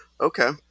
Okay